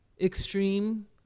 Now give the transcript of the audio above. extreme